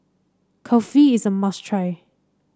kulfi is a must try